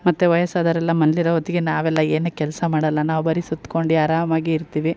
ಮತ್ತು ವಯಸ್ಸಾದವ್ರು ಎಲ್ಲ ಮನೆಲಿರೊ ಹೊತ್ತಿಗೆ ನಾವೆಲ್ಲ ಏನೇ ಕೆಲಸ ಮಾಡೋಲ್ಲ ನಾವು ಬರಿ ಸುತ್ಕೊಂಡು ಆರಾಮಾಗಿ ಇರ್ತೀವಿ